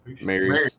mary's